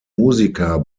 musiker